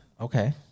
Okay